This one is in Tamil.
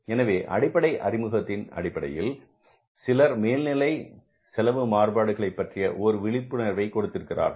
எனவே அடிப்படை அறிமுகத்தின் அடிப்படையில் சிலர் மேல்நிலை செலவு மாறுபாடுகளை பற்றிய ஓர் விழிப்புணர்வை கொடுத்திருக்கிறார்கள்